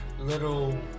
little